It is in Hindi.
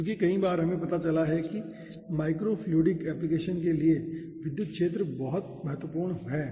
क्योंकि कई बार हमें पता चलता है कि माइक्रो फ्लुइडिक एप्लीकेशन के लिए विद्युत क्षेत्र बहुत महत्वपूर्ण है